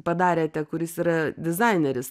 padarėte kuris yra dizaineris